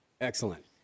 Excellent